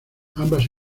ambas